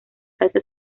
salsa